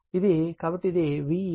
ఇది ఇది కాబట్టి ఇది Vab